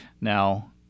Now